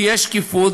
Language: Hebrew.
תהיה שקיפות,